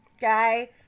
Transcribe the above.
guy